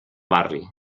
barri